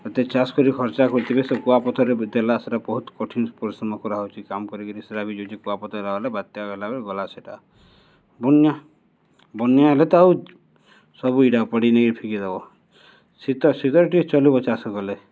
ହେତେ ଚାଷ୍ କରିକି ଖର୍ଚ୍ଚା କରୁଥିବେ ସେ କୁଆପଥର୍ରେ ଦେଲା ସେଟା ବହୁତ୍ କଠିନ୍ ପରିଶ୍ରମ କରାହଉଛେ କାମ୍ କରିକିରି ସେଟା ବି ଯଉଛେ କୁଆପଥର୍ରେ ହେଲା ବେଲେ ବାତ୍ୟା ହେଲାବେଲେ ଗଲା ସେଟା ବନ୍ୟା ବନ୍ୟା ହେଲେ ତ ଆଉ ସବୁ ଇଟା ଓପାଡ଼ି ନେଇକିରି ଫିକିଦବ ଶୀତ ଶୀତରେ ଟିକେ ଚଲିବ ଚାଷ କଲେ